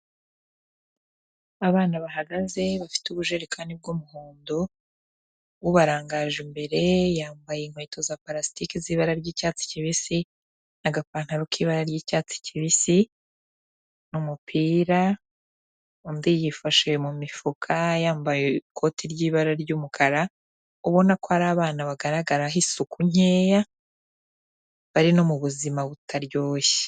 Abana bahagaze bafite ubujerekani bw'umuhondo, ubarangaje imbere yambaye inkweto za palastiki z'ibara ry'icyatsi kibisi, n'agapantaro k'ibara ry'icyatsi kibisi, n'umupira, undi yifashe mu mifuka yambaye ikoti ry'ibara ry'umukara, ubona ko ari abana bagaragaraho isuku nkeya, bari no mu buzima butaryoshye.